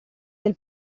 del